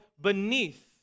beneath